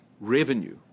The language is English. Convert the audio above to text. revenue